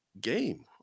game